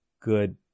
good